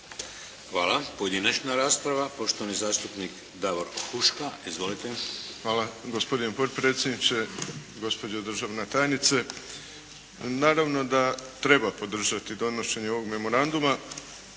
Hvala. Pojedinačna rasprava. Poštovani zastupnik Davor Huška. Izvolite. **Huška, Davor (HDZ)** Hvala. Gospodine potpredsjedniče, gospođo državna tajnice naravno da treba podržati donošenje ovog memoranduma